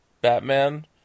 Batman